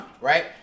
Right